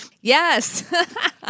Yes